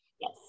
yes